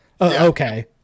Okay